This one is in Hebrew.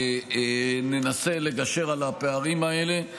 שננסה לגשר על הפערים האלה.